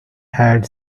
had